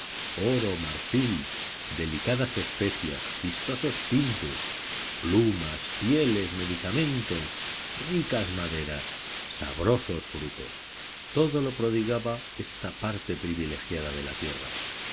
oro marfil delicadas especias vistosos tintes plumas pieles medicamentos ricas maderas sabrosos frutos todo lo prodigaba esta parte privilegiada de la tierra